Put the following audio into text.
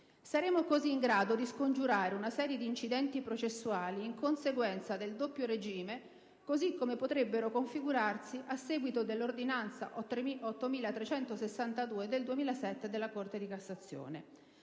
Saremo così in grado di scongiurare una serie di incidenti processuali in conseguenza del doppio regime, cosi come potrebbero configurarsi a seguito dell'ordinanza n. 8362 del 2007 della Corte di cassazione.